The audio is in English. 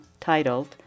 titled